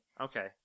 Okay